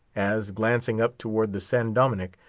as, glancing up towards the san dominick,